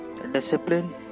Discipline